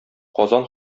казан